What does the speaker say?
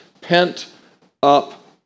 pent-up